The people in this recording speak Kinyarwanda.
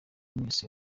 mwese